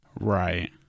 Right